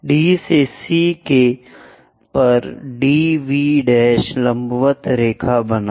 D से C पर DV' लंबवत रेखा बनाओ